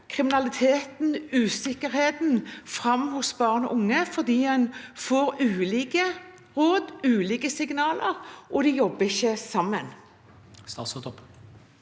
kriminaliteten og usikkerheten vokser fram hos barn og unge fordi de får ulike råd og ulike signaler og man ikke jobber sammen?